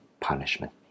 punishment